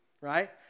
right